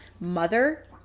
mother